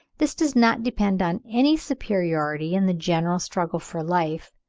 this does not depend on any superiority in the general struggle for life,